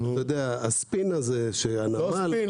הספין הזה שהנמל --- לא ספין,